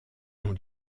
ont